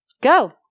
Go